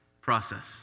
process